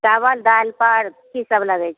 चाबल दालि पर की सब लगै छै